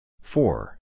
four